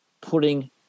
putting